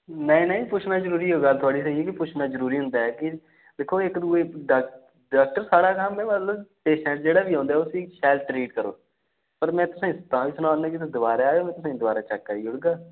नेईं नेईं पुच्छना जरूरी ओहदे आस्तै थुआढ़ी गल्ल स्हेई ऐ पुच्छना जरूरी होंदा ऐ दिक्खो इक दुए गी डक डाक्टर साढ़ा कम्म ऐ मतलब पेशेंट जेह्ड़ा बी औंदा ऐ उसी शैल ट्रीट करो पर में तुसेंगी तां बी सना करनां कि तुस दबारा आएओ मैं तुसेंगी दबारा चैक करी ओड़गा